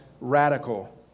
radical